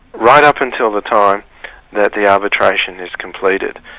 right up until the time that the arbitration is completed.